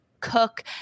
Cook